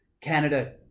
Canada